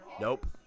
Nope